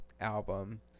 album